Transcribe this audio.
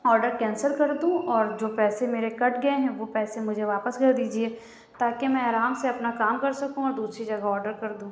order cancel کر دوں اور جو پیسے میرے کٹ گئے ہیں وہ پیسے مجھے واپس کر دیجیے تا کہ میں آرام سے اپنا کام کر سکوں اور دوسری جگہ اوڈر کردوں